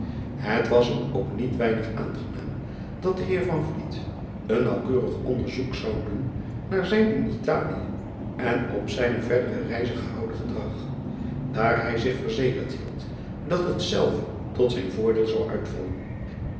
et was hem ook niet weinig aangenaam dat de eer een naauwkeurig onderzoek zou doen driaan oosjes zn et leven van aurits ijnslager naar zijn in talië en op zijne verdere reize gehouden gedrag daar hij zich verzekerd hield dat hetzelve tot zijn voordeel zou uitvallen